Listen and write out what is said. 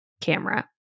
camera